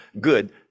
good